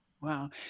Wow